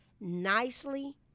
nicely